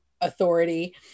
authority